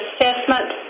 assessment